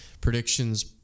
Predictions